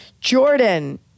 Jordan